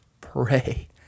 pray